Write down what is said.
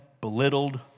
belittled